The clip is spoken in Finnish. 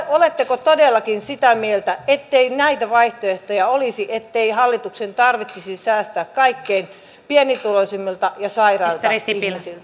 oletteko todellakin sitä mieltä ettei näitä vaihtoehtoja olisi ettei hallituksen tarvitsisi säästää kaikkein pienituloisimmilta ja sairailta ihmisiltä